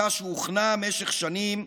השתיקה שהוכנה משך שנים,